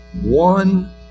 One